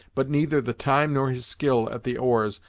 but neither the time, nor his skill at the oars,